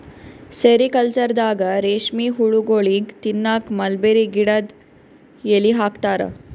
ಸೆರಿಕಲ್ಚರ್ದಾಗ ರೇಶ್ಮಿ ಹುಳಗೋಳಿಗ್ ತಿನ್ನಕ್ಕ್ ಮಲ್ಬೆರಿ ಗಿಡದ್ ಎಲಿ ಹಾಕ್ತಾರ